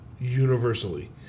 universally